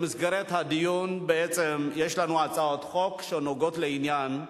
במסגרת הדיון יש לנו הצעות חוק שנוגעות לעניין,